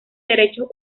derechos